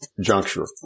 juncture